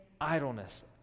idleness